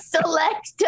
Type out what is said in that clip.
select